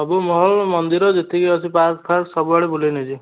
ସବୁ ମହଲ୍ ମନ୍ଦିର ପାର୍କଫାର୍କ ସବୁଆଡ଼େ ବୁଲେଇ ନେଇଯିବି